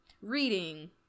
reading